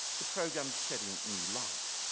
the program is shedding new light.